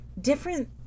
different